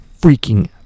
freaking